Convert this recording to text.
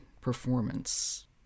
performance